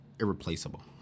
irreplaceable